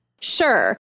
Sure